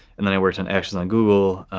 and i worked on actions on google.